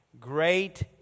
Great